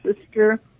sister